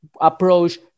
approach